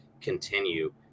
continue